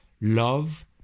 love